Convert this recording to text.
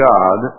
God